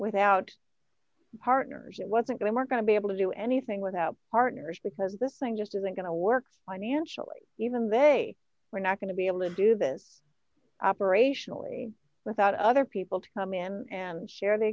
without partners it wasn't they were going to be able to do anything without partners because this thing just isn't going to work financially even they were not going to be able to do this operationally without other people to come in and share the